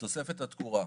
תוספת התקורה: